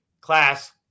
class